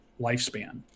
lifespan